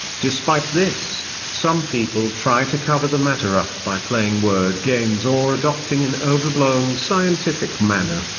despite this, some people try to cover the matter up by playing word games or adopting an overblown scientific manner.